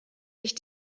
sich